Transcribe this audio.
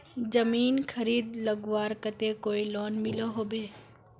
जमीन खरीद लगवार केते कोई लोन मिलोहो होबे?